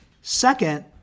Second